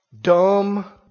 dumb